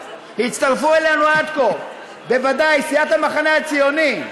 הצטרפו אלינו עד כה בוודאי סיעת המחנה הציוני,